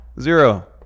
zero